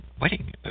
wedding